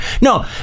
No